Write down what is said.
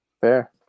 Fair